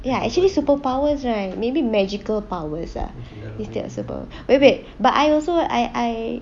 ya actually superpowers right maybe magical powers ah wait wait but I also I I